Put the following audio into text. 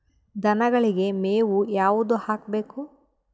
ದನಗಳಿಗೆ ಮೇವು ಯಾವುದು ಹಾಕ್ಬೇಕು?